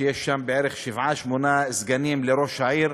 שיש בה שבעה-שמונה סגנים לראש העיר,